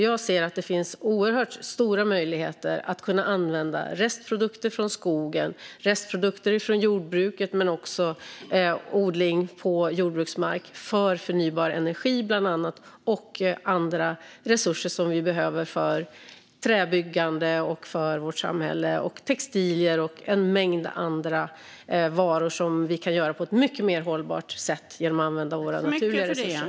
Jag ser att det finns stora möjligheter att använda restprodukter från skogen och jordbruket, men också odling på jordbruksmark, för bland annat förnybar energi och andra resurser som vi behöver i samhället, för träbyggande och för textilier och en mängd andra varor som vi kan producera på ett mycket mer hållbart sätt genom att använda våra naturliga resurser.